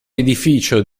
edificio